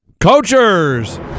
Coachers